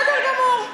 בסדר גמור.